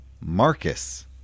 Marcus